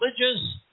religious